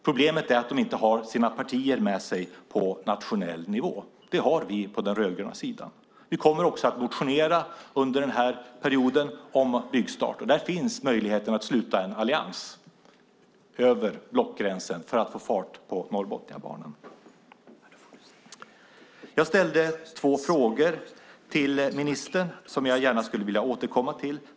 Problemet är att de inte har sina partier med sig på nationell nivå. Det har vi på den rödgröna sidan. Vi kommer också att motionera om byggstart under den här perioden, och där finns möjligheten att sluta en allians över blockgränsen för att få fart på Norrbotniabanan. Jag ställde två frågor till ministern som jag gärna skulle vilja återkomma till.